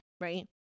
Right